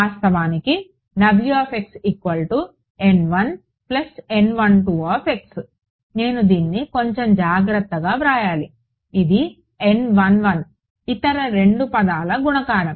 వాస్తవానికి నేను దీన్ని కొంచెం జాగ్రత్తగా వ్రాయాలి ఇది ఇతర రెండు పదాల గుణకారం